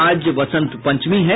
और आज वसंत पंचमी है